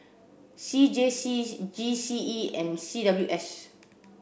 C J C G C E and C W S